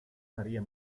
maria